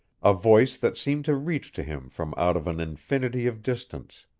a voice that seemed to reach to him from out of an infinity of distance,